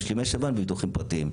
משלימי שב"ן וביטוחים פרטיים,